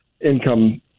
income